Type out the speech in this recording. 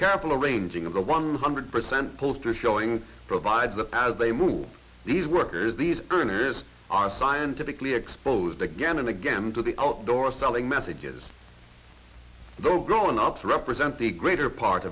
careful arranging of the one hundred percent poster showing provides a as they move these workers these earners are scientifically exposed again and again to the outdoor selling messages though grownups represent the greater part